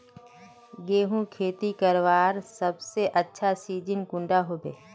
गेहूँर खेती करवार सबसे अच्छा सिजिन कुंडा होबे?